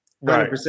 Right